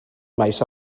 maes